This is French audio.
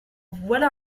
voilà